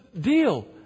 deal